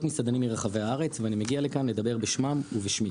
מסעדנים מרחבי הארץ ואני מגיע לכאן לדבר בשמם ובשמי.